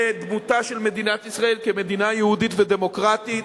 לדמותה של מדינת ישראל כמדינה יהודית ודמוקרטית,